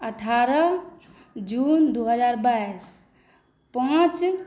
अठारह जून दू हजार बाइस पाँच